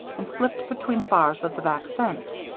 and slipped between the bars of the back fence.